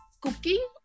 cooking